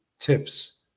Tips